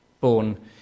born